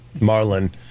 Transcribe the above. Marlin